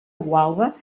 gualba